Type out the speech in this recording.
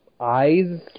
eyes